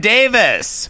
Davis